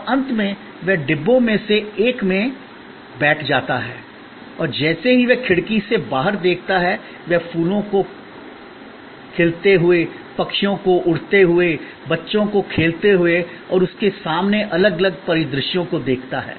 और अंत में वह डिब्बों में से एक में बैठ जाता है और जैसे ही वह खिड़की से बाहर देखता है वह फूलों को खोलते हुए पक्षियों को उड़ते हुए बच्चों को खेलते हुए उसके सामने अलग अलग परिदृश्यों को देखता है